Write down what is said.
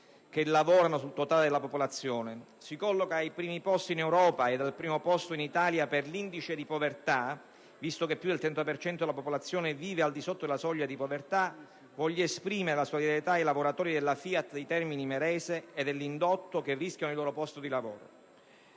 che lavorano sul totale della popolazione e che si colloca ai primi posti in Europa ed al primo posto in Italia per l'indice di povertà, visto che più del 30 per cento della popolazione vive al di sotto della soglia di povertà, voglio esprimere la solidarietà ai lavoratori della FIAT di Termini Imerese e dell'indotto che rischiano il loro posto di lavoro.